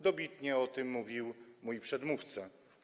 Dobitnie o tym mówił mój przedmówca.